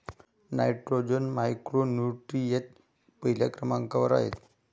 nitrogen macronutrient म्हणून पहिल्या क्रमांकावर आहे